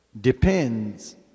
depends